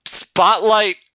spotlight